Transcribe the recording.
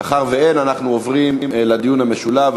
מאחר שאין, אנחנו עוברים לדיון המשולב.